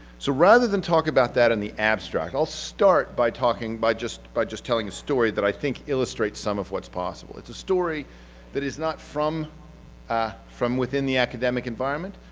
so, rather than talk about that in the abstract, i'll start by talking, by just by just telling a story that i think illustrates some of what's possible. it's a story that is not from ah from within the academic environment,